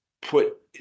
put